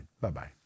Bye-bye